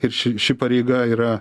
ir ši ši pareiga yra